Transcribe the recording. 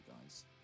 guys